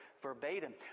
verbatim